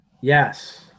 Yes